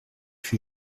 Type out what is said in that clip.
fût